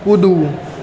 कूदू